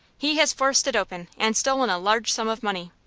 he has forced it open, and stolen a large sum of money.